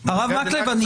מקלב,